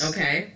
Okay